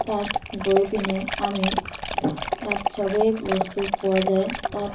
তাত গৈ পিনে আমি তাত চবেই বস্তু পোৱা যায় তাত